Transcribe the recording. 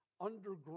underground